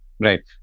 Right